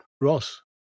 Ross